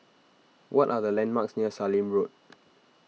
what are the landmarks near Sallim Road